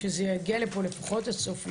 שזה יגיע לפה לפחות עד סוף יוני,